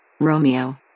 Romeo